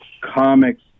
comics